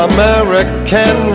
American